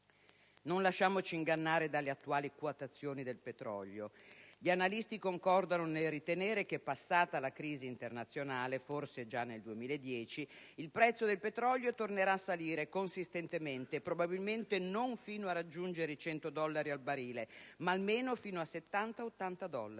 Non lasciamoci ingannare dalle attuali quotazioni del petrolio. Gli analisti concordano nel ritenere che, passata la crisi internazionale (forse già nel 2010), il prezzo del petrolio tornerà a salire consistentemente: probabilmente non fino a raggiungere i 100 dollari al barile ma almeno fino a 70 o 80 dollari.